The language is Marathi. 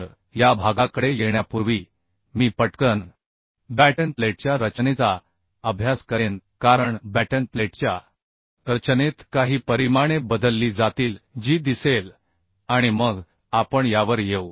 तर या भागाकडे येण्यापूर्वी मी पटकन बॅटन प्लेट्सच्या रचनेचा अभ्यास करेन कारण बॅटन प्लेट्सच्या रचनेत काही परिमाणे बदलली जातील जी दिसेल आणि मग आपण यावर येऊ